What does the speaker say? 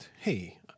Hey